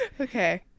okay